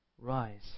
Rise